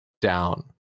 down